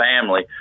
family